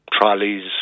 trolleys